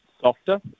softer